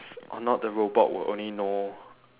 or not the robot will only know